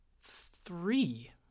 three